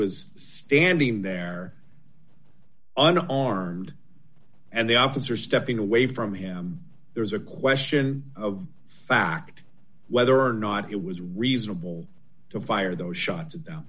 was standing there and armed and the officer stepping away from him there's a question of fact whether or not it was reasonable to fire those shots